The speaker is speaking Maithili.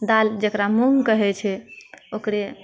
दालि जकरा मूङ्ग कहैत छै ओकरे